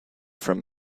from